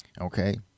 Okay